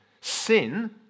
sin